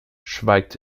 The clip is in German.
schweigt